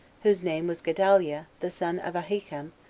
whose name was gedaliah, the son of ahikam,